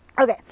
okay